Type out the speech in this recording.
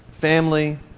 family